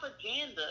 propaganda